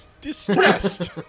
Distressed